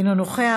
אינו נוכח,